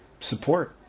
Support